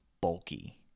bulky